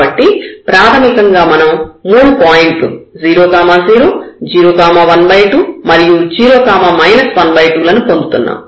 కాబట్టి ప్రాథమికంగా మనం మూడు పాయింట్లు 00 012 మరియు 0 12 లను పొందుతున్నాం